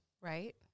Right